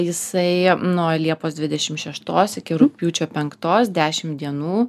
jisai nuo liepos dvidešim šeštos iki rugpjūčio penktos dešim dienų